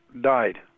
died